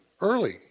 early